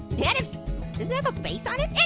kind of does it have a face on it? it